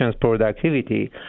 productivity